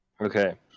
Okay